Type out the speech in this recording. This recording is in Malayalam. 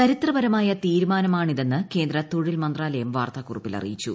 ചരിത്രപരമായ തീരുമാനമാണിതെന്ന് കേന്ദ്ര തൊഴിൽ മന്ത്രാലയം വാർത്താക്കുളിപ്പിൽ അറിയിച്ചു